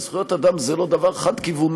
זכויות אדם זה לא דבר חד-כיווני.